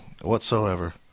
whatsoever